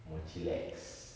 more chillax